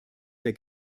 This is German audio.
der